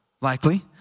Likely